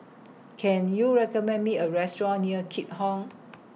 Can YOU recommend Me A Restaurant near Keat Hong